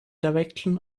direction